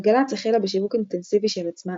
גלגלצ החלה בשיווק אינטנסיבי של עצמה,